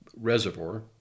Reservoir